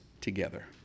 together